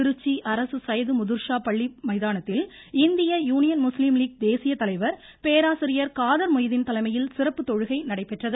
திருச்சி அரசு சையது முதுர்ஷா பள்ளி மைதானத்தில் இந்திய யூனியன் முஸ்லீம் லீக் தேசிய தலைவர் பேராசிரியர் காதர் மொய்தீன் தலைமையில் சிறப்பு தொழுகை நடைபெற்றது